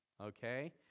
okay